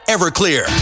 Everclear